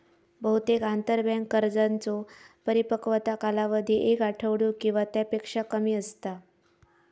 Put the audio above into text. बहुतेक आंतरबँक कर्जांचो परिपक्वता कालावधी एक आठवडो किंवा त्यापेक्षा कमी असता